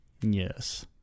Yes